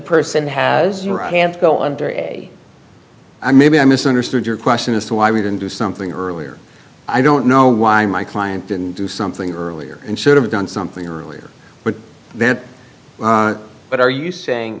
a i maybe i misunderstood your question as to why we didn't do something earlier i don't know why my client didn't do something earlier and should have done something earlier but then but are you saying